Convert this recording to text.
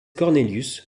cornelius